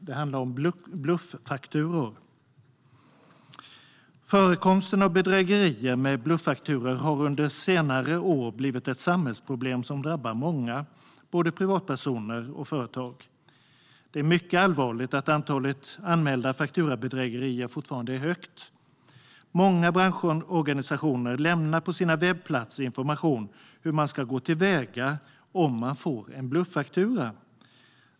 Den handlar om bluffakturor. Förekomsten av bedrägerier med blufffakturor har under senare år blivit ett samhällsproblem som drabbar många, både privatpersoner och företag. Det är mycket allvarligt att antalet anmälda fakturabedrägerier fortfarande är högt. Många branschorganisationer lämnar på sina webbplatser information om hur man ska gå till väga om man får en bluffaktura.